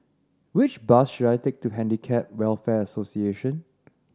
which bus should I take to Handicap Welfare Association